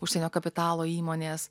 užsienio kapitalo įmonės